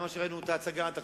ממה שראינו את ההצגה עד עכשיו,